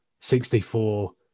64